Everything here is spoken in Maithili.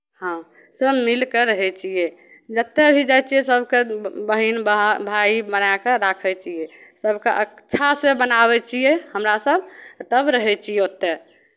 हँ सभ मिलि कऽ रहै छियै जतय भी जाइ छियै सभकेँ बहिन भाय बना कऽ राखै छियै सभकेँ अच्छासँ बनाबै छियै हमरासभ तब रहै छियै ओतय